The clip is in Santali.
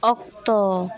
ᱚᱠᱛᱚ